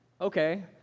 okay